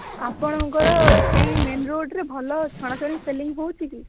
ଆପଣଙ୍କର ସେଇ ମେନ୍ ରୋଡ୍ରେ ଭଲ ଛଣା ଛଣି ସେଲିଙ୍ଗ୍ ହେଉଛି କି